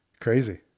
Crazy